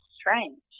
strange